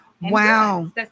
wow